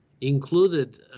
included